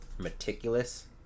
meticulous